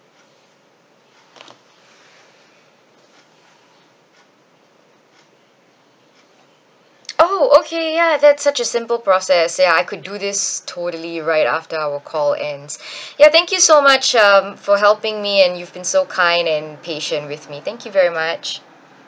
oh okay ya that's such a simple process ya I could do this totally right after our call and ya thank you so much um for helping me and you've been so kind and patient with me thank you very much